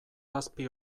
zazpi